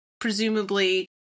presumably